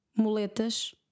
Muletas